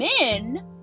men